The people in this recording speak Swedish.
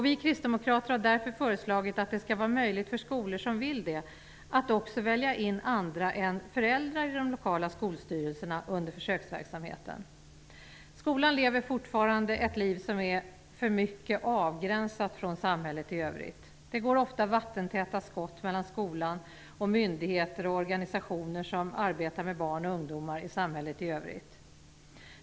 Vi kristdemokrater har därför föreslagit att det skall vara möjligt för skolor som vill det att också välja in andra än föräldrar i de lokala skolstyrelserna under försöksverksamheten. Skolan lever fortfarande ett liv som är för mycket avgränsat från samhället i övrigt. Det går ofta vattentäta skott mellan skolan och myndigheter och organisationer som arbetar med barn och ungdomar i samhället i övrigt.